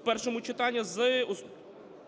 в першому читанні з